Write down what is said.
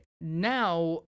Now